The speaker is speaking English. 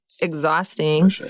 exhausting